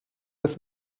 with